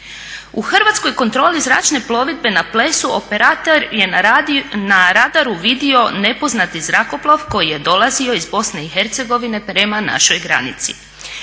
U Hrvatskoj kontroli zračne plovidbe na Plesu operator je na radaru vidio nepoznati zrakoplov koji je dolazio iz BiH prema našoj granici.